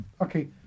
Okay